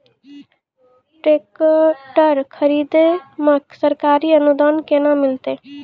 Tractor खरीदै मे सरकारी अनुदान केना मिलतै?